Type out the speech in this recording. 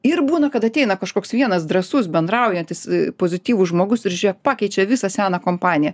ir būna kad ateina kažkoks vienas drąsus bendraujantis pozityvus žmogus ir žiūrėk pakeičia visą seną kompaniją